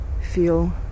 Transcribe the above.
feel